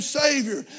savior